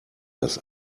das